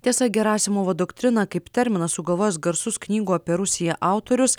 tiesa gerasimovo doktriną kaip terminą sugalvojęs garsus knygų apie rusiją autorius